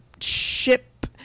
ship